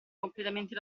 completamente